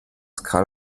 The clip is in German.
carl